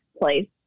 place